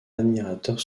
admirateur